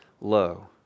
low